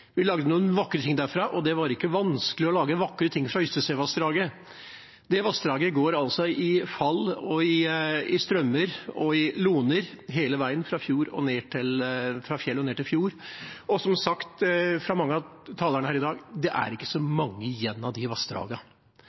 vi Øystesevassdraget. Vi lagde noen vakre ting derfra, og det var ikke vanskelig å lage vakre ting fra Øystesevassdraget. Det vassdraget går i fall, i strømmer og i loner hele veien, fra fjell og ned til fjord, og som mange av talerne her i dag har sagt: Det er ikke så mange igjen av de